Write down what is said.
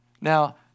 Now